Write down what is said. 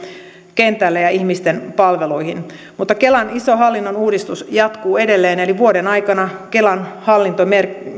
kentälle ja ihmisten palveluihin mutta kelan iso hallintouudistus jatkuu edelleen eli vuoden aikana kelan hallinto